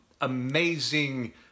amazing